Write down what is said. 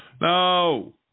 No